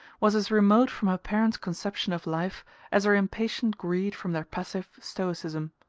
was as remote from her parents' conception of life as her impatient greed from their passive stoicism.